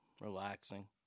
relaxing